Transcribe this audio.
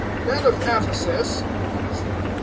men of ephesus, he said,